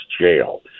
jail